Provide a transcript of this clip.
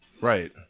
right